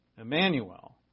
Emmanuel